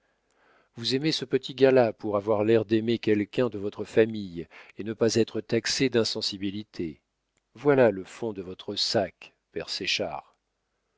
vous aimez ce petit gars-là pour avoir l'air d'aimer quelqu'un de votre famille et ne pas être taxé d'insensibilité voilà le fond de votre sac